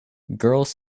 girls